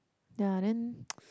ya then